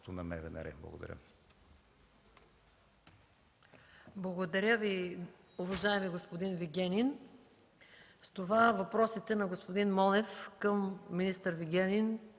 Благодаря Ви, уважаеми господин Вигенин. С това въпросите на господин Монев към министър Вигенин